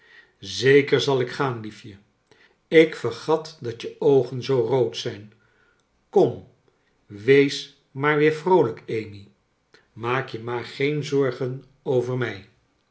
zeker zal ik gaan liefje ik vergat dat je oogen zoo rood zijn kom wees maar weer vroolijk amy maak je maar geen zorgen over mij